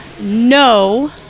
No